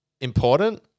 important